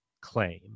claim